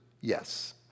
yes